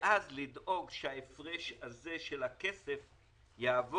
ואז לדאוג שההפרש הזה של הכסף יעבור.